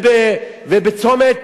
ובצומת,